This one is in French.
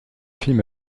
fille